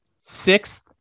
sixth